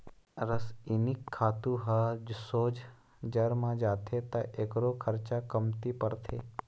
रसइनिक खातू ह सोझ जर म जाथे त एखरो खरचा कमती परथे